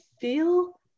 feel